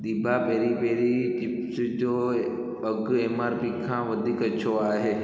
दिभा पेरी पेरी चिप्स जो अघि एम आर पी खां वधीक छो आहे